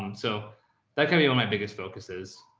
um so that can be where my biggest focus is.